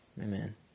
Amen